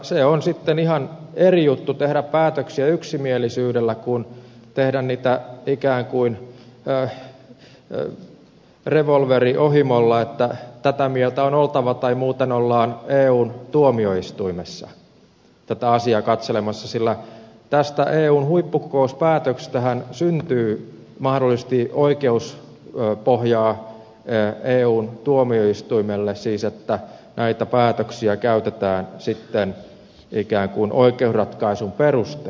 se on sitten ihan eri juttu tehdä päätöksiä yksimielisyydellä kuin tehdä niitä ikään kuin revolveri ohimolla että tätä mieltä on oltava tai muuten ollaan eun tuomioistuimessa tätä asiaa katselemassa sillä tästä eun huippukokouspäätöksestähän syntyy mahdollisesti oikeuspohjaa eun tuomioistuimelle siis että näitä päätöksiä käytetään sitten ikään kuin oikeusratkaisun perustana